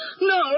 No